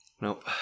Nope